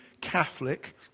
Catholic